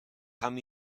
tam